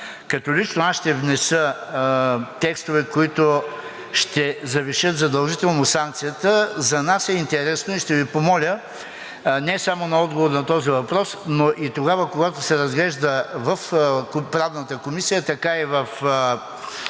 като лично аз ще внеса текстове, които завишават задължително санкцията. За нас е интересно и ще помоля не само за отговор на този въпрос, но и когато се разглежда в Правната комисия, така и в